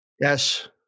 yes